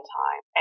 time